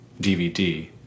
DVD